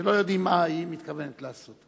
שלא יודעים מה היא מתכוונת לעשות.